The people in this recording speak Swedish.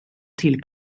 till